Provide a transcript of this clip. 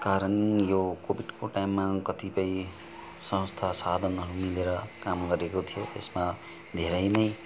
कारण यो कोभिडको टाइममा कतिपय संस्था साधनहरू मिलेर काम गरेको थियो त्यसमा धेरै नै